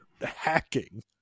hacking